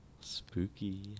Spooky